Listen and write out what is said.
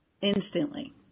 instantly